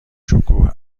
شکوه